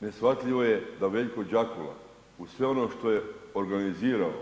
Neshvatljivo je da Veljko Đakula uz sve ono što je organizirao,